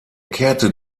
kehrte